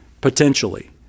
potentially